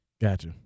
gotcha